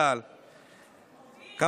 צה"ל, אופיר, תגיד שהבטחנו וקיימנו.